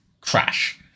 crash